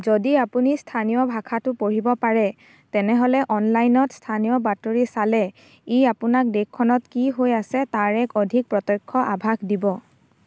যদি আপুনি স্থানীয় ভাষাটো পঢ়িব পাৰে তেনেহ'লে অনলাইনত স্থানীয় বাতৰি চালে ই আপোনাক দেশখনত কি হৈ আছে তাৰ এক অধিক প্ৰত্যক্ষ আভাষ দিব